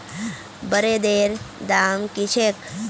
ब्रेदेर दाम की छेक